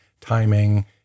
timing